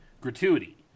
gratuity